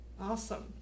Awesome